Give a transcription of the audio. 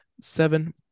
Seven